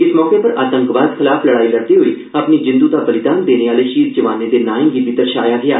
इस मौके उप्पर आतंकवाद खलाफ लड़ाई लड़दे होई अपनिएं जिंदूएं दा बलिदान देने आह्ले शहीद जवानें दे नाएं गी बी दर्शाया गेआ